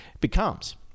becomes